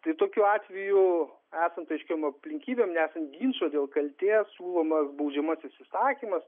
tai tokiu atveju esant aiškiom aplinkybėm nesant ginčo dėl kaltės siūlomas baudžiamasis įsakymas